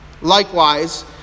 Likewise